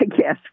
Yes